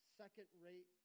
second-rate